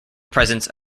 presence